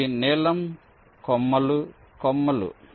ఇవి నీలం కొమ్మలు కొమ్మలు